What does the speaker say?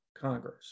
Congress